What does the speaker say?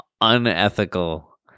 unethical